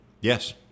Yes